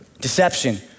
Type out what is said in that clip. Deception